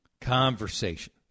conversation